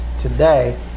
today